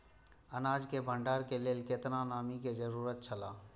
अनाज के भण्डार के लेल केतना नमि के जरूरत छला?